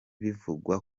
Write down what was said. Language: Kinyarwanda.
bivugwa